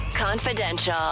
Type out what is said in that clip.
Confidential